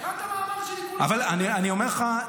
אני אומר לך,